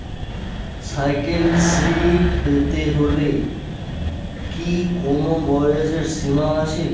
Cycle Shri পেতে হলে কি কোনো বয়সের সীমা আছে?